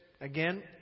again